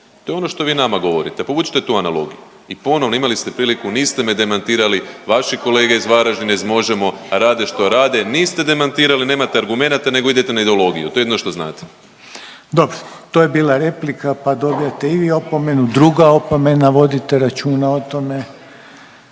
To je ono što vi nama govorite. Povucite tu analogiju i ponovo, imali ste priliku, niste me demantirali, vaši kolege iz Varaždina iz MOŽEMO rade što rade. Niste demantirali, nemate argumenata nego idete na ideologiju. To je jedino što znate. **Reiner, Željko (HDZ)** Dobro. To je bila replika, pa dobijate i vi opomenu. Druga opomena. Vodite računa o tome.